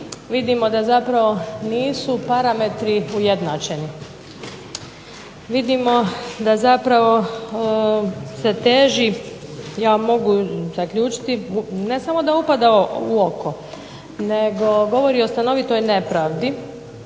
vidimo da zapravo nisu parametri ujednačeni. Vidimo da zapravo se teži ja mogu zaključiti, ne samo da upada u oko nego govori o stanovitoj nepravdi